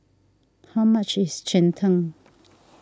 how much is Cheng Tng